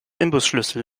imbusschlüssel